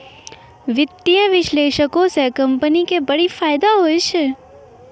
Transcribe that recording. वित्तीय विश्लेषको से कंपनी के बड़ी फायदा होय छै